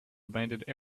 abandoned